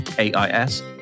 AIS